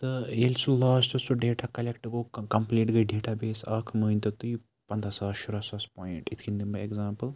تہٕ ییٚلہِ سُہ لاسٹَس سُہ ڈیٹا کَلیکٹ گوٚو کَمپٔلیٖٹ گٔے ڈیٹا بیس اَکھ مٲنۍتو تُہۍ پنٛداہ ساس شُراہ ساس پوینٛٹ یِتھ کَنۍ دِم بہٕ اٮ۪کزامپٕل